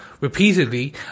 repeatedly